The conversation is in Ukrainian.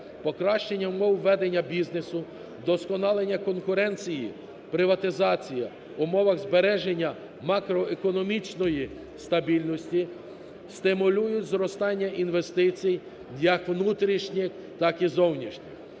Покращення умов ведення бізнесу, вдосконалення конкуренції, приватизація в умовах збереження макроекономічної стабільності, стимулюють зростання інвестицій як внутрішніх, так і зовнішніх.